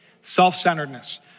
self-centeredness